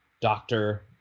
doctor